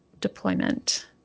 deployment